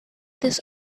this